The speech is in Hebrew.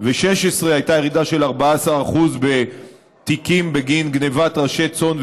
הייתה ירידה של 14% בתיקים בין גנבת ראשי צאן ובקר,